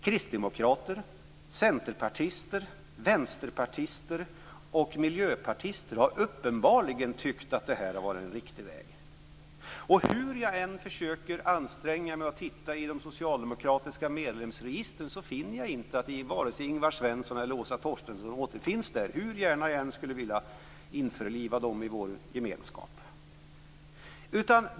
Kristdemokrater, centerpartister, vänsterpartister och miljöpartister har uppenbarligen tyckt att det här har varit en riktig väg. Hur jag än försöker anstränga mig att titta i de socialdemokratiska medlemsregistren återfinner jag varken Ingvar Svensson eller Åsa Torstensson där, hur gärna jag än skulle vilja införliva dem i vår gemenskap.